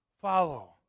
Follow